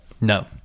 No